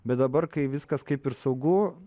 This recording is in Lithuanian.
bet dabar kai viskas kaip ir saugu